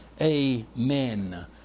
amen